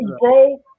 bro